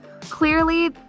Clearly